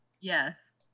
yes